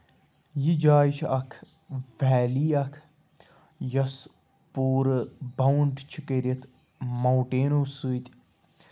یہِ جاے چھِ اکھ وٮ۪لی اکھ یۄس پوٗرٕ بَوُنڈ چھِ کٔرِتھ موٹٮ۪نَو سۭتۍ